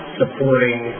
supporting